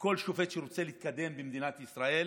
שכל שופט שרוצה להתקדם במדינת ישראל